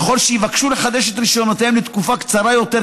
ככל שיבקשו לחדש את רישיונותיהם לתקופה קצרה יותר,